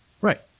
Right